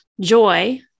joy